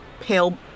pale